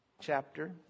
chapter